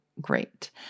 great